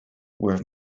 were